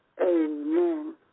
Amen